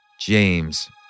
James